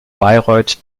bayreuth